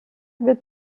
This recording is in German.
wird